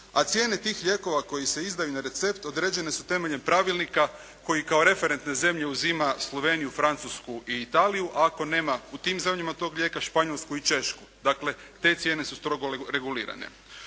a cijene tih lijekova koji se izdaju na recept određene su temeljem pravilnika koji kao referentne zemlje uzima Sloveniju, Francusku i Italiju. Ako nema u tim zemljama tog lijeka Španjolsku i Češku. Dakle, te cijene su strogo regulirane.